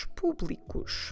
públicos